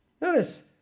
Notice